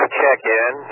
check-in